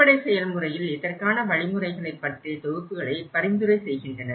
அடிப்படை செயல்முறைகளில் இதற்கான வழிமுறைகளை பற்றிய தொகுப்புகளை பரிந்துரை செய்கின்றனர்